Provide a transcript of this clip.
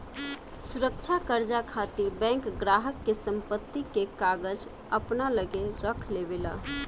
सुरक्षा कर्जा खातिर बैंक ग्राहक के संपत्ति के कागज अपना लगे रख लेवे ला